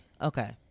okay